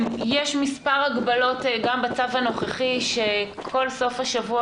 יש מס' הגבלות גם בצו הנוכחי ובכל סוף השבוע